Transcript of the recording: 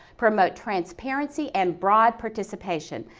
promote transparency and broad participation.